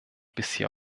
bisher